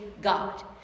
God